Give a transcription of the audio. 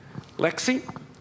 Lexi